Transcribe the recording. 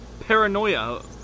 Paranoia